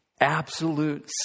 Absolute